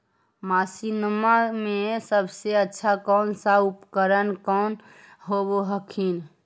मसिनमा मे सबसे अच्छा कौन सा उपकरण कौन होब हखिन?